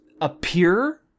appear